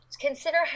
consider